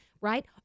right